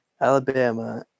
Alabama